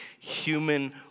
human